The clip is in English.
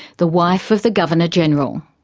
the wife of the governor-general.